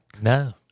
No